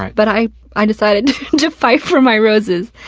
but i i decided to fight for my roses.